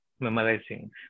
memorizing